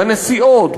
בנסיעות,